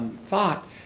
thought